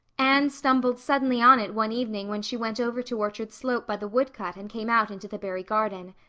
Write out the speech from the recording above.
anne stumbled suddenly on it one evening when she went over to orchard slope by the wood cut and came out into the barry garden.